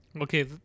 okay